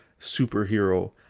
superhero